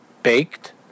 Baked